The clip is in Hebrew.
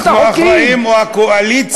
אנחנו אחראים או הקואליציה,